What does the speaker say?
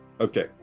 Okay